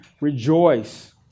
rejoice